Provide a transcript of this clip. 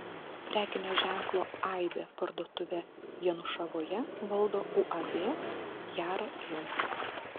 prekinio ženklo aibė parduotuvę janušavoje valdo uab jara jums